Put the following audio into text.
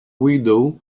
window